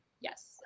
Yes